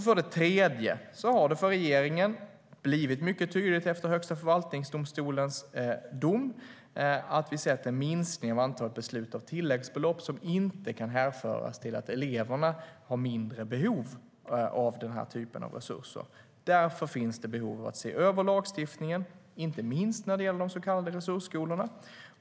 För det tredje har det för regeringen blivit mycket tydligt efter Högsta förvaltningsdomstolens dom att vi sett en minskning av antalet beslut om tilläggsbelopp, som inte kan hänföras till att eleverna har mindre behov av den typen av resurser. Därför finns det behov av att se över lagstiftningen, inte minst när det gäller de så kallade resursskolorna.